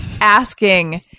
asking